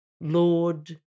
Lord